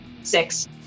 Six